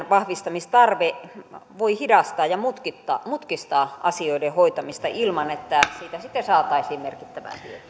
vahvistamistarve voi hidastaa ja mutkistaa mutkistaa asioiden hoitamista ilman että siitä sitten saataisiin merkittävää